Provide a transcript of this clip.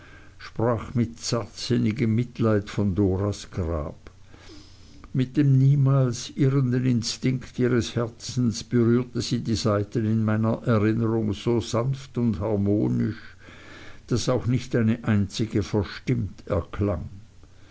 sprach mit zartsinnigem mitleid von doras grab mit dem niemals irrenden instinkt ihres herzens berührte sie die saiten in meiner erinnerung so sanft und harmonisch daß auch nicht eine einzige verstimmt erklang